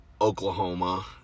Oklahoma